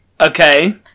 Okay